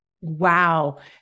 Wow